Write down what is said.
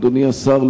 אדוני השר,